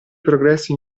progressi